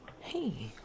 Hey